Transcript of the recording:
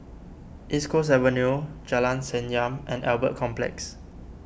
East Coast Avenue Jalan Senyum and Albert Complex